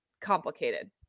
complicated